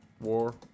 War